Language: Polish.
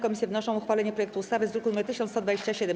Komisje wnoszą o uchwalenie projektu ustawy z druku nr 1127.